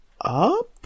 Up